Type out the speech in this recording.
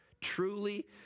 Truly